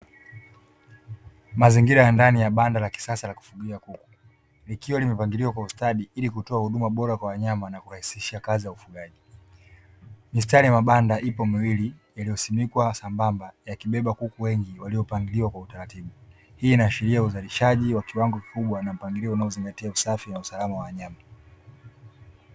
Mazingira ya ndani ya banda la kisasa la kufugia kuku, likiwa limepangiliwa kwa ustadi ili kutoa huduma bora kwanwanyama kurahisisha kazi za ufugaji, mistari ya mabanda ipo miwili iliyosimikwa sambamba yamebeba kuku wengi waliopangiliwa kwa utaratibu, hii inaashiria uzalishaji wa kiwango kikubwa na mpangilio unaozingatia usafi na usalama wa wanyama.